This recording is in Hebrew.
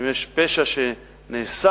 אם יש פשע שנעשה